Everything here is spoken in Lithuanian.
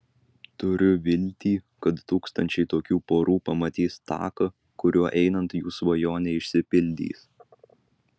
turiu viltį kad tūkstančiai tokių porų pamatys taką kuriuo einant jų svajonė išsipildys